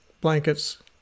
blankets